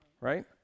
right